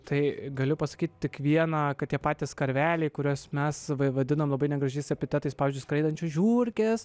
tai galiu pasakyti tik viena kad tie patys karveliai kuriuos mes vadiname labai negražiais epitetais pavyzdžiui skraidančios žiurkės